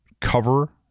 cover